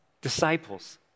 disciples